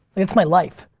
it's my life.